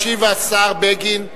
ישיב השר בגין,